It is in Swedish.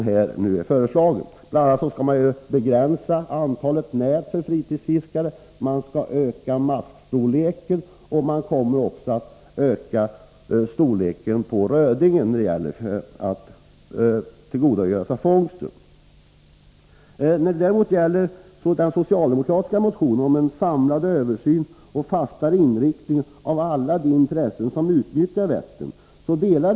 a. skall man begränsa antalet nät för fritidsfiskare, öka maskstorleken och öka tillåten storlek på den röding som får fångas. I en socialdemokratisk motion föreslås en samlad översyn och fastare inriktning av alla de intressen som uttnyttjar Vättern.